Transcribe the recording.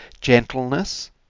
Gentleness